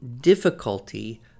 difficulty